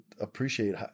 appreciate